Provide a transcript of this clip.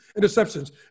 interceptions